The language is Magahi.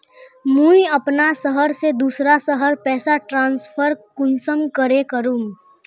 मुई अपना शहर से दूसरा शहर पैसा ट्रांसफर कुंसम करे करूम?